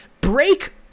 break